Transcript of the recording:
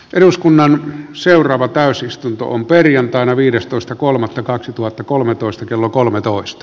eduskunnan seuraava täysistuntoon perjantaina viidestoista kolmannetta kaksituhattakolmetoista kello kolmetoista